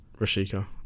Rashika